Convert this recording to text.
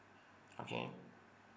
okay